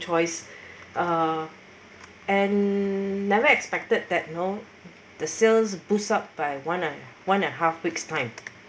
choice uh never expected that you know the sales boost up by one and one and a half week's time